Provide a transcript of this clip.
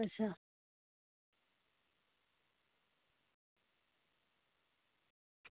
अच्छा